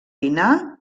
pinar